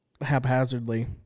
haphazardly